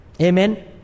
Amen